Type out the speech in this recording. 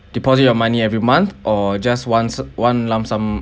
deposit your money every month or just once one lump sum